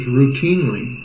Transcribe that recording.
routinely